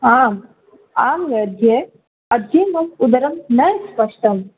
आम् आम् वैद्य अद्य न उदरं न स्पष्टं